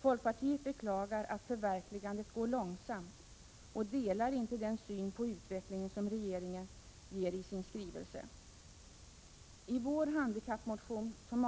Folkpartiet beklagar att förverkligandet går långsamt och delar inte den syn på utvecklingen som regeringen redovisar i sin skrivelse. I vår handikappmotion, som